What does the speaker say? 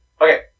Okay